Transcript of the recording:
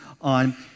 on